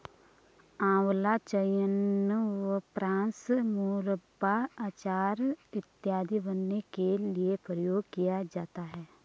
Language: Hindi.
आंवला च्यवनप्राश, मुरब्बा, अचार इत्यादि बनाने के लिए प्रयोग किया जाता है